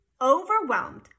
overwhelmed